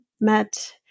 met